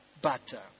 butter